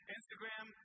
Instagram